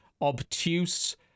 obtuse